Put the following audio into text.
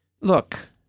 look